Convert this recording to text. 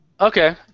Okay